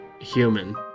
human